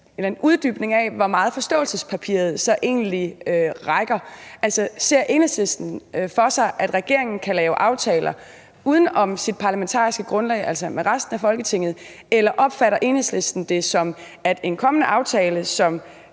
det er en uddybning af, hvor langt forståelsespapiret så egentlig rækker. Altså, ser Enhedslisten for sig, at regeringen kan lave aftaler uden om sit parlamentariske grundlag, altså med resten af Folketinget, eller opfatter Enhedslisten det sådan, at en kommende aftale, som